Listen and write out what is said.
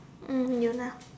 mm Yoona